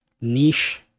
niche